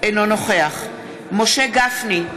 אינו נוכח משה גפני,